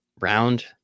round